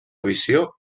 visió